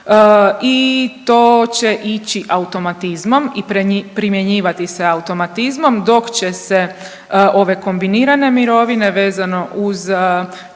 i to će ići automatizmom i primjenjivati se automatizmom dok će se ove kombinirane mirovine vezano uz